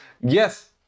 Yes